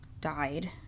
died